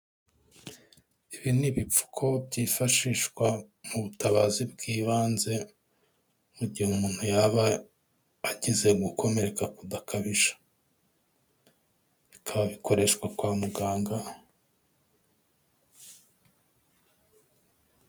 Ibi ni ibipfuko byifashishwa mu butabazi bw'ibanze, mu gihe umuntu yaba agize gukomereka kudakabije, bikaba bikoreshwa kwa muganga.